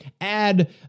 add